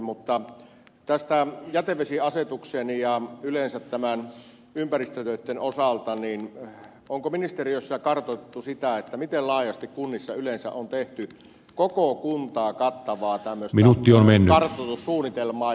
mutta onko jätevesiasetuksen ja yleensä ympäristötöitten osalta ministeriössä kartoitettu sitä miten laajasti kunnissa yleensä on tehty koko kuntaa kattavaa tämmöistä kartoitussuunnitelmaa